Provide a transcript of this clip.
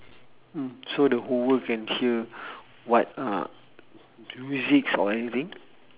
mm so the whole world can hear what uh musics or anything